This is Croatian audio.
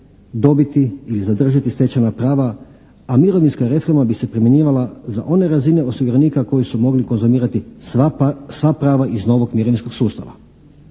dobiti ili zadržati stečena prava, a mirovinska reforma bi se primjenjivala za one razine osiguranika koji su mogli konzumirati sva prava iz novog mirovinskog sustava.